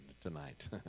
tonight